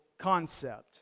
concept